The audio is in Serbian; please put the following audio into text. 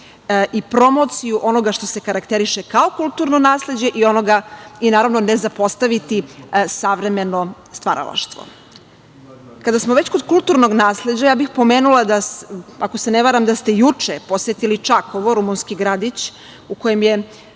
i promociju onoga što se karakteriše kao kulturno nasleđe i naravno ne zapostaviti savremeno stvaralaštvo. Kada smo već kod kulturnog nasleđa ja bih pomenula, ako se ne varam da ste juče posetili Čakovo, rumunski grad u kojem je